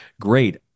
Great